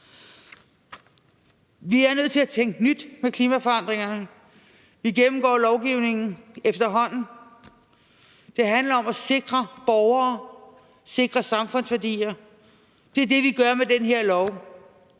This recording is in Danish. Vi er nødt til at tænke nyt i forhold til klimaforandringerne. Vi gennemgår lovgivningen efterhånden. Det handler om at sikre borgere, at sikre samfundsværdier – det er det, vi gør med den her lov.